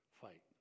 fight